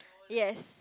yes